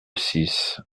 six